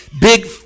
Big